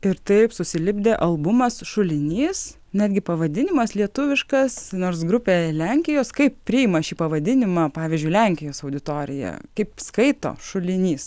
ir taip susilipdę albumas šulinys netgi pavadinimas lietuviškas nors grupė lenkijos kaip priima šį pavadinimą pavyzdžiui lenkijos auditorija kaip skaito šulinys